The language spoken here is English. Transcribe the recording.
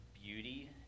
beauty